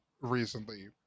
recently